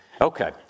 Okay